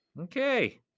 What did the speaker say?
Okay